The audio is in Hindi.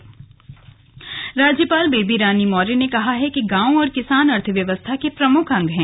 स्लग राज्यपाल टिहरी राज्यपाल बेबी रानी मौर्य ने कहा है कि गांव और किसान अर्थव्यवस्था के प्रमुख अंग है